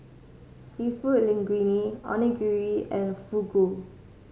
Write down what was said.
Seafood Linguine Onigiri and Fugu